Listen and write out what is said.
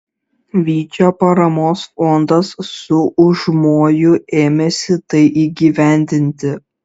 vyčio paramos fondas su užmoju ėmėsi tai įgyvendinti